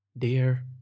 Dear